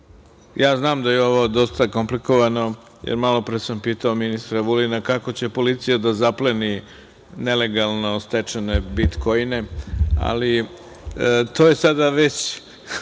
Znam da je ovo dosta komplikovano, jer malopre sam pitao ministra Vulina kako će policija da zapleni nelegalno stečene bitkoine, ali to sada već